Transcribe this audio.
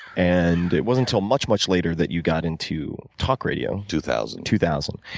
and it wasn't until much, much later that you got into talk radio. two thousand. two thousand.